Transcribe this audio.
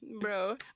bro